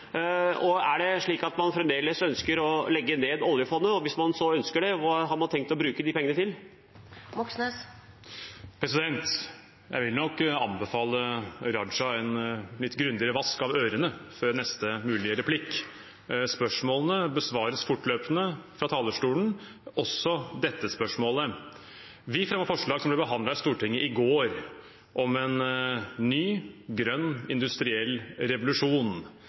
og hvis man ønsker det, hva har man så tenkt å bruke de pengene til? Jeg vil nok anbefale Raja en litt grundigere vask av ørene før neste mulige replikk. Spørsmålene besvares fortløpende fra talerstolen, også dette spørsmålet. Vi fremmet forslag som ble behandlet i Stortinget i går, om en ny, grønn industriell revolusjon.